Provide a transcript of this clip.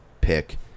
pick